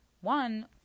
one